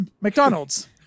McDonald's